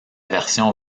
version